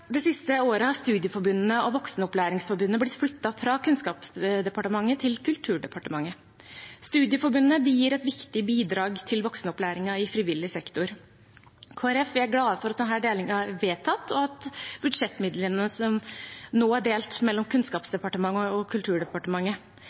Det siste året har studieforbundene og Voksenopplæringsforbundet blitt flyttet fra Kunnskapsdepartementet til Kulturdepartementet. Studieforbundene gir et viktig bidrag til voksenopplæringen i frivillig sektor. Vi i Kristelig Folkeparti er glade for at denne delingen er vedtatt, at budsjettmidlene nå er delt mellom